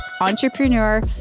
entrepreneur